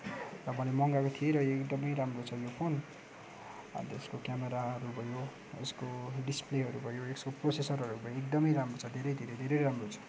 तपाईँले मगाएको थिएँ र यो एकदमै राम्रो छ यो फोन अनि त्यसको क्यामराहरू भयो यसको डिस्प्लेहरू भयो यसको प्रोसेसरहरू भयो एकदमै राम्रो छ धेरै धेरै धेरै राम्रो छ